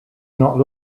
not